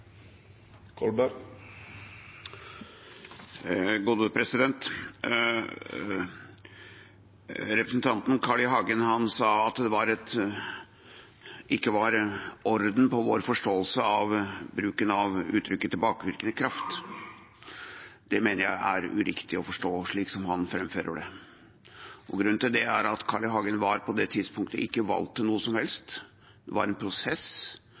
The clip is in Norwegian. Representanten Carl I. Hagen sa at det ikke var orden på vår forståelse av uttrykket «tilbakevirkende kraft». Jeg mener det er uriktig å forstå det slik han framfører det. Grunnen til det er at Carl I. Hagen på det tidspunktet ikke var valgt til noe som helst. Det var en prosess